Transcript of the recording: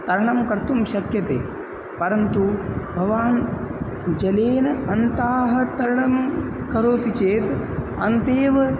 तरणं कर्तुं शक्यते परन्तु भवान् जलेन अन्तं तरणं करोति चेत् अन्तेव